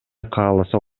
кааласа